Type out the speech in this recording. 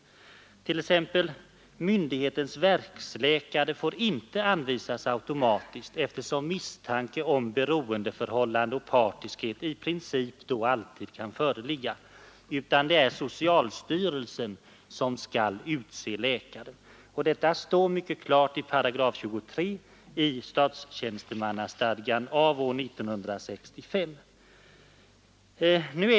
Myndighetens verksläkare får inte automatiskt anvisas, eftersom misstanke om beroendeförhållande och partiskhet i princip då alltid kan föreligga, utan det är socialstyrelsen som skall utse läkare. Detta sägs mycket klart i 23 § i statstjänstemannastadgan av år 1965.